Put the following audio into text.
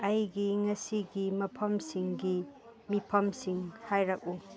ꯑꯩꯒꯤ ꯉꯁꯤꯒꯤ ꯃꯐꯝꯁꯤꯡꯒꯤ ꯃꯤꯐꯝꯁꯤꯡ ꯍꯥꯏꯔꯛꯎ